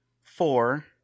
four –